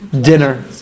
dinner